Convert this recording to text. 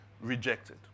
rejected